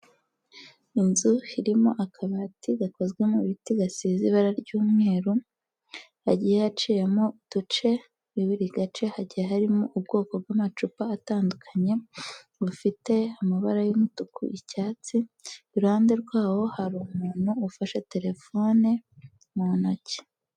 Inzu irimo akabati gakozwe mu biti gasize ibara ry'umweru, hagiye haciyemo uduce, muri buri gace hagiye harimo ubwoko bw'amacupa atandukanye, bufite amabara y'umutuku, icyatsi, iruhande rwaho hari umuntu ufashe terefone mu ntoki.